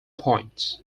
points